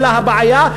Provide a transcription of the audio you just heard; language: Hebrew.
אלא הבעיה,